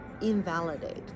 invalidate